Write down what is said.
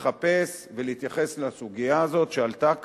לחפש ולהתייחס לסוגיה הזאת שעלתה כאן,